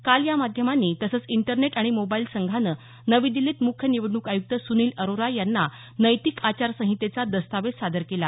काल या माध्यमांनी तसंच इंटरनेट आणि मोबाईल संघानं नवी दिल्लीत मुख्य निवडणूक आयुक्त सुनील अरोरा यांना नैतिक आचार संहितेचा दस्तावेज सादर केला